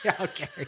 Okay